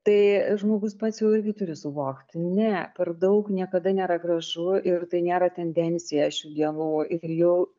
tai žmogus pats jau irgi turi suvokti ne per daug niekada nėra gražu ir tai nėra tendencija šių dienų ir jau